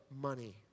money